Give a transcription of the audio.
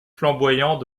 flamboyant